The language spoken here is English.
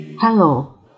Hello